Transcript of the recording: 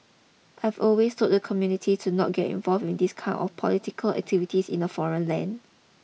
I've always told the community to not get involved in these kind of political activities in a foreign land